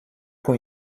com